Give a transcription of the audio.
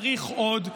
צריך עוד,